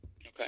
Okay